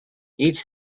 each